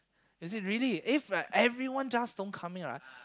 is it really if everyone just don't come in right